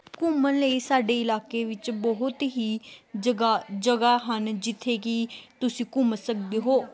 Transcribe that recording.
ਘੁੰਮਣ ਲਈ ਸਾਡੇ ਇਲਾਕੇ ਵਿੱਚ ਬਹੁਤ ਹੀ ਜਗ੍ਹਾ ਜਗ੍ਹਾ ਹਨ ਜਿੱਥੇ ਕਿ ਤੁਸੀਂ ਘੁੰਮ ਸਕਦੇ ਹੋ